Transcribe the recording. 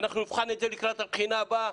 אנחנו נבחן את זה לקראת הבחינה הבאה',